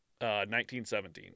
1917